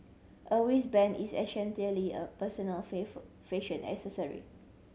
a wristband is essentially a personal fashion accessory